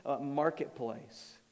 marketplace